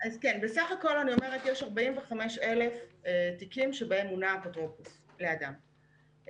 בסך הכול יש 45,000 תיקים פליליים שבהם מונה אפוטרופוס לאדם,